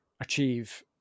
achieve